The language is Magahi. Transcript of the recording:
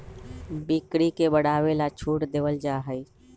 बिक्री के बढ़ावे ला छूट देवल जाहई